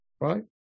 right